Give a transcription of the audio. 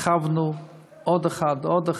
הרחבנו עוד אחד ועוד אחד.